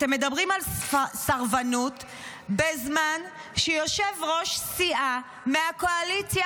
אתם מדברים על סרבנות בזמן שיושב-ראש סיעה מהקואליציה